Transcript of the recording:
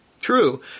True